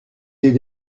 des